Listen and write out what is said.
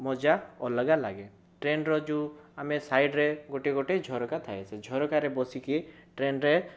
ମଜା ଅଲଗା ଲାଗେ ଟ୍ରେନର ଯେଉଁ ଆମେ ସାଇଡରେ ଗୋଟିଏ ଗୋଟିଏ ଝରକା ଥାଏ ସେ ଝରକରେ ବସିକି ଟ୍ରେନରେ